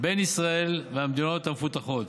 בין ישראל למדינות המפותחות.